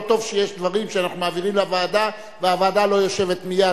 ולא טוב שיש דברים שאנחנו מעבירים לוועדה והוועדה לא יושבת מייד,